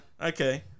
Okay